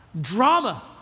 drama